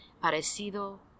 parecido